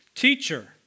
Teacher